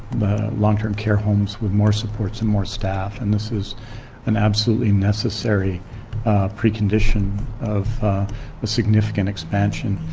long-term care homes with more supports and more staff. and this is an absolutely necessary precondition of the significant expansion